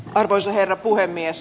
arvoisa herra puhemies